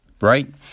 right